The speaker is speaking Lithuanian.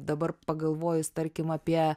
dabar pagalvojus tarkim apie